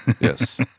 Yes